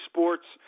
Sports